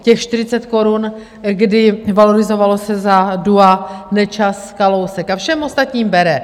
Těch 40 korun, kdy valorizovalo se za dua Nečas Kalousek, a všem ostatním bere.